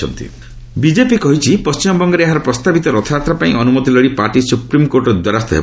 ଡବ୍ବି BJP ୟାତ୍ରା BJP କହିଛି ପଶ୍ଚିମବଙ୍ଗରେ ଏହାର ପ୍ରସ୍ତାବିତ ରଥଯାତ୍ରା ପାଇଁ ଅନୁମତି ଲୋଡ଼ି ପାର୍ଟି ସୁପ୍ରିମକୋର୍ଟର ଦ୍ୱାରସ୍ଥ ହେବ